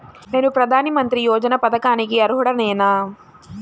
నేను ప్రధాని మంత్రి యోజన పథకానికి అర్హుడ నేన?